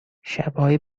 شبهای